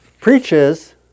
preaches